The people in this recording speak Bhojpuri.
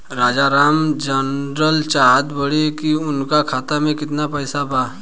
राजाराम जानल चाहत बड़े की उनका खाता में कितना पैसा बा?